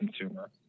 consumer